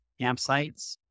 campsites